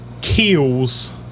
kills